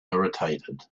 irritated